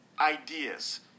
ideas